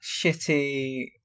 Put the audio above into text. shitty